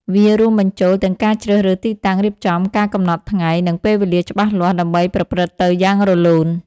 វារួមបញ្ចូល ទាំងការជ្រើសរើសទីតាំងរៀបចំ ការកំណត់ថ្ងៃ និងពេលវេលាច្បាស់លាស់ ដើម្បីប្រព្រឹត្តិទៅយ៉ាងរលូន។